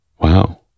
Wow